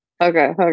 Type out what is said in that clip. okay